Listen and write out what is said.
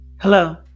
Hello